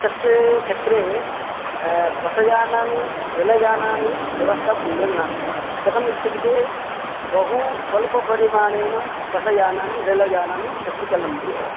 तस्य क्षेत्रे बस यानानि रेल यानानि व्यवस्था सम्यक् नास्ति कथमित्युक्ते बहुस्वल्पपरिमाणेन बस यानानि रेल यानानि तस्य चलन्ति एव